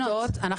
מעונות.